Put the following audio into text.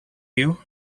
you